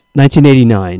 1989